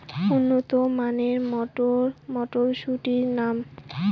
উন্নত মানের মটর মটরশুটির নাম?